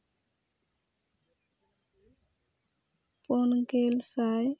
ᱯᱩᱱ ᱜᱮᱞ ᱥᱟᱭ